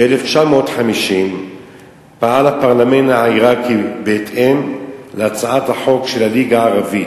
ב-1950 פעל הפרלמנט העירקי בהתאם להצעת החוק של הליגה הערבית,